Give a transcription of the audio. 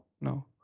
no